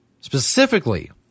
specifically